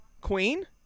Queen